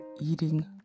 eating